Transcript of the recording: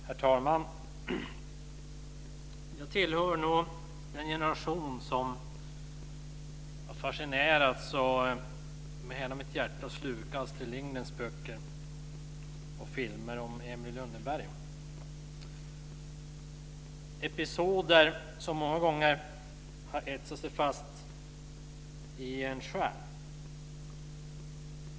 Herr talman! Jag tillhör nog den generation som har fascinerats av och med hela mitt hjärta slukat Astrid Lindgrens böcker och filmer om Emil i Lönneberga. Där finns många episoder som har etsat sig fast i min själ.